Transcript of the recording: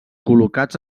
col·locats